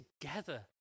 together